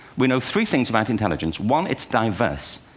we know three things about intelligence. one, it's diverse.